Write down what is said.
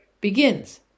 begins